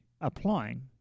Applying